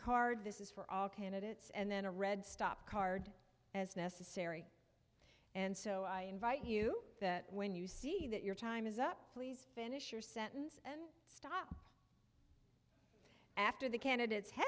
card this is for all candidates and then a red stop card as necessary and so i invite you that when you see that your time is up please finish your sentence and stop after the candidates have